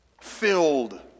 filled